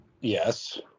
Yes